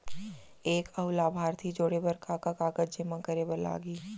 एक अऊ लाभार्थी जोड़े बर का का कागज जेमा करे बर लागही?